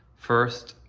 first,